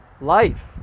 life